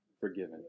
forgiven